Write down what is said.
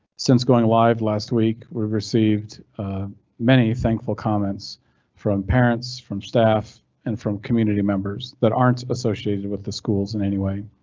since going live last week we received many thankful comments from parents from staff and from community members that aren't associated with the schools in anyway.